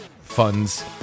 funds